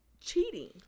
cheating